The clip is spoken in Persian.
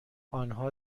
آنها